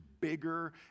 bigger